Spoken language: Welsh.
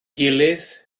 gilydd